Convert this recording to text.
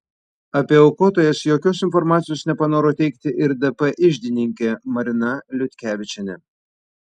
apie aukotojas jokios informacijos nepanoro teikti ir dp iždininkė marina liutkevičienė